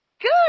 Good